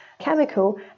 chemical